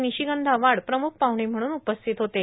निशिगंधा वाड प्रम्ख पाहणे म्हणून उपस्थित होत्या